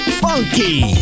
funky